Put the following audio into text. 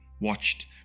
watched